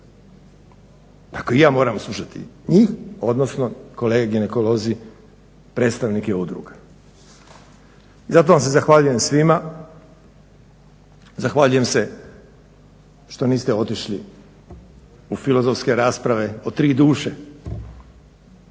Tako i ja moram slušati njih odnosno kolega ginekolozi, predstavnike udruga. Zato vam se zahvaljujem svima, zahvaljujem ste što niste otišli u filozofske rasprave o tri duše.